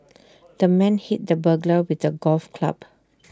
the man hit the burglar with A golf club